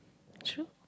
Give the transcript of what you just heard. true